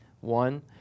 One